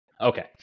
Okay